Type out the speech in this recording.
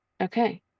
Okay